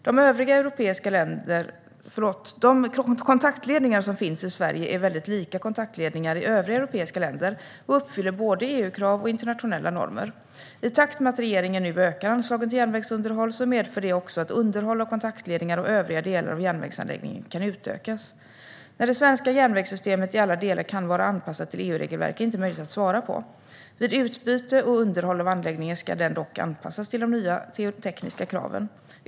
De kontaktledningar som finns i Sverige är väldigt lika kontaktledningar i övriga europeiska länder och uppfyller både EU-krav och internationella normer. I takt med att regeringen nu ökar anslagen till järnvägsunderhåll medför det också att underhåll av kontaktledningar och övriga delar av järnvägsanläggningen kan utökas. När det svenska järnvägssystemet i alla delar kan vara anpassat till EUregelverk är inte möjligt att svara på. Vid utbyte och underhåll av anläggningen ska den dock anpassas till de nya tekniska kraven.